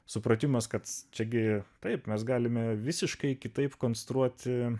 supratimas kad čia gi taip mes galime visiškai kitaip konstruoti